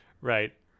Right